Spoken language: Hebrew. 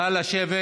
נא לשבת.